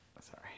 Sorry